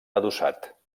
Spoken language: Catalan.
adossat